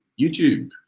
YouTube